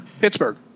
Pittsburgh